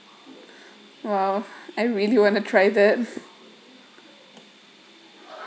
!wow! I really want to try that